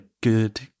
good